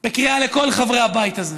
בקריאה לכל חברי הבית הזה